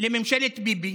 לממשלת ביבי